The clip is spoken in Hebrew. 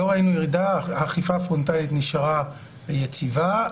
לא ראינו ירידה, האכיפה הפרונטלית נשארה יציבה.